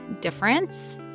difference